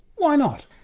why not?